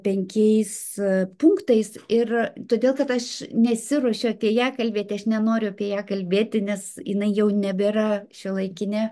penkiais punktais ir todėl kad aš nesiruošiu apie ją kalbėti aš nenoriu apie ją kalbėti nes jinai jau nebėra šiuolaikinė